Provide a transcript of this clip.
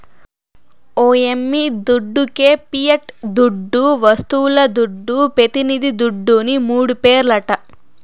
ఓ యమ్మీ దుడ్డికే పియట్ దుడ్డు, వస్తువుల దుడ్డు, పెతినిది దుడ్డుని మూడు పేర్లట